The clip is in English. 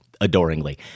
adoringly